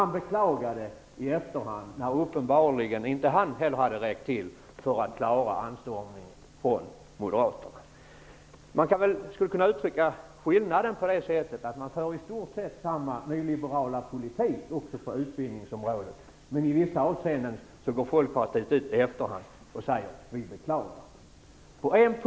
Han beklagade i efterhand, när uppenbarligen inte heller han hade räckt till för att klara anstormningen från Moderaterna. Man skulle kunna uttrycka skillnaden så att Folkpartiet för i stort sett samma nyliberala politik på utbildningsområdet, men i vissa avseenden går ni ut i efterhand och säger: Vi beklagar.